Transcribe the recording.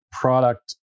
product